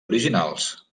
originals